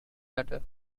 later